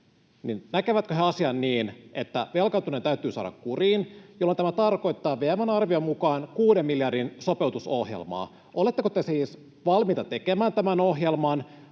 keskusta, asian niin, että velkaantuminen täytyy saada kuriin, jolloin tämä tarkoittaa VM:n arvion mukaan kuuden miljardin sopeutusohjelmaa. Oletteko te siis valmiita tekemään tämän ohjelman?